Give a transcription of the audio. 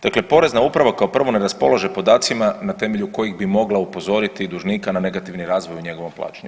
Dakle Porezna uprava, kao prvo, ne raspolaže podacima na temelju kojih bi mogla upozoriti dužnika na negativni razvoj u njegovom plaćanju.